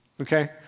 okay